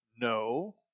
No